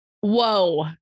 Whoa